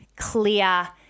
clear